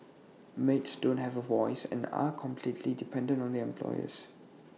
maids don't have A voice and are completely dependent on their employers